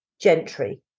gentry